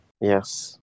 Yes